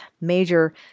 major